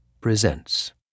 presents